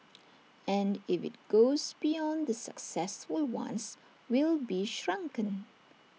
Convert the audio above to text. and if IT goes beyond the successful ones we'll be shrunken